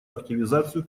активизацию